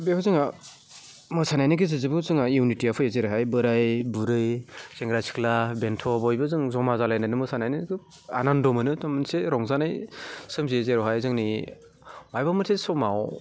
बेवहाय जोंहा मोसानायनि गेजेरजोंबो जोंहा इउनिटिया फैयो जेरैहाय बोराइ बुरै सेंग्रा सिख्ला बेन्थ' बयबो जों जमा जालायनानै मोसानायानोथ' आनन्द मोनो थ' मोनसे रंजानाय सोमजियो जेरावहाय जोंनि माइबा मोनसे समाव